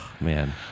man